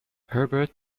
herbert